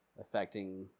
affecting